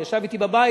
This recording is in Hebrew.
הוא ישב אתי בבית,